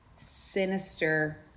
Sinister